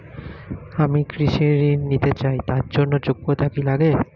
আমি কৃষি ঋণ নিতে চাই তার জন্য যোগ্যতা কি লাগে?